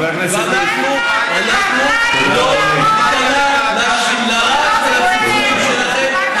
ואנחנו לא ניכנע לרעש ולצלצולים שלכם.